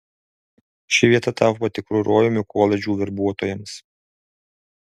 ši vieta tapo tikru rojumi koledžų verbuotojams